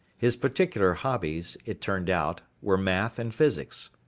his particular hobbies, it turned out, were math and physics.